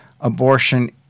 abortion